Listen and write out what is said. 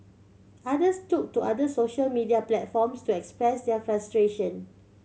others took to other social media platforms to express their frustration